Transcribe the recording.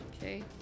Okay